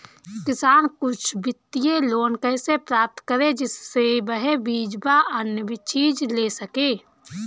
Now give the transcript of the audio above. किसान कुछ वित्तीय लोन कैसे प्राप्त करें जिससे वह बीज व अन्य चीज ले सके?